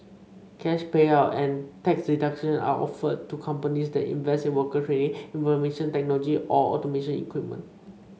cash payout and tax deduction are offered to companies that invest in worker training information technology or automation equipment